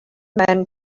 men